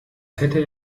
hätte